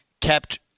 kept